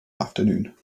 afternoon